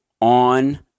on